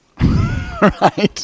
right